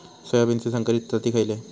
सोयाबीनचे संकरित जाती खयले?